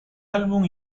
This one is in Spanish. álbum